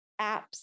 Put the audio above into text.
apps